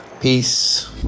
Peace